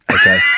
Okay